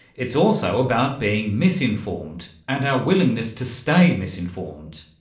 it's also about being misinformed and our willingness to stay misinformed.